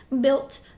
built